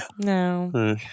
No